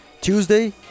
Tuesday